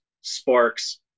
sparks